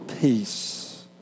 peace